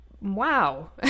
wow